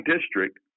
district